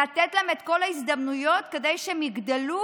לתת להם את כל ההזדמנויות כדי שהם יגדלו